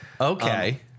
Okay